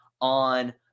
on